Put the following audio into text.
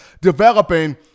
developing